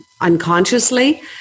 unconsciously